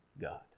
God